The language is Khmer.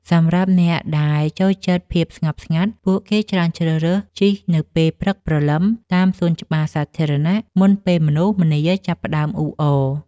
សម្រាប់អ្នកដែលចូលចិត្តភាពស្ងប់ស្ងាត់ ពួកគេច្រើនជ្រើសរើសជិះនៅពេលព្រឹកព្រលឹមតាមសួនច្បារសាធារណៈមុនពេលមនុស្សម្នាចាប់ផ្ដើមអ៊ូអរ។